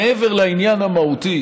מעבר לעניין המהותי